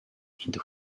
into